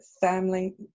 family